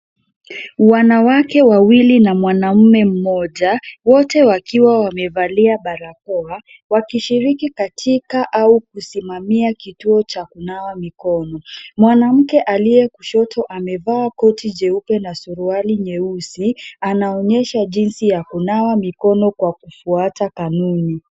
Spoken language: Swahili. Wanawake wawili na mwanamume mmoja, wote wakiwa wamevalia barakoa wakishiriki katika au kusimamia kituo cha kunawa mikono. Mwanamke aliye kushoto amevaa koti jeupe na suruali nyeusi, anaonyesha jinsi ya kunawa mikono kwa kufuata kanuni.